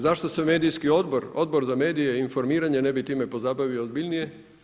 Zašto se medijski odbor, Odbor za medije i informiranje ne bi time pozabavio ozbiljnije?